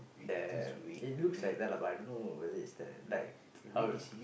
the mm it looks like that lah but I don't know whether is that like how